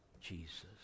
Jesus